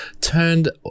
turned